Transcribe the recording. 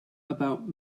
about